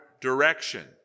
direction